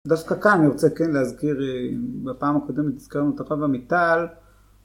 דווקא כאן אני רוצה כן להזכיר... בפעם הקודמת הזכרנו את הרב עמיטל...